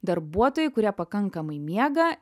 darbuotojai kurie pakankamai miega